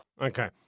Okay